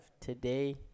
today